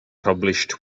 published